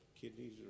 kidneys